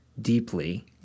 deeply